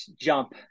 jump